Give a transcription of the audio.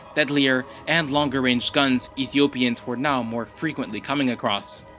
deadlier, and longer ranged guns ethiopian were now more frequently coming across.